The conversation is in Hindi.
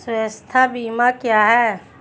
स्वास्थ्य बीमा क्या है?